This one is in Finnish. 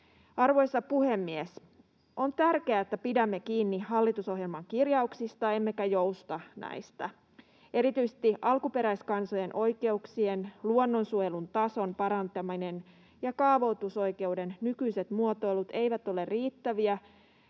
Arvoisa puhemies! On tärkeää, että pidämme kiinni hallitusohjelman kirjauksista emmekä jousta näistä. Erityisesti alkuperäiskansojen oikeuksien ja luonnonsuojelun tason parantaminen ja kaavoitusoikeuden nykyiset muotoilut eivät ole riittäviä,